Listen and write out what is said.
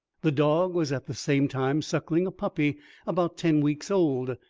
the dog was at the same time suckling a puppy about ten weeks old,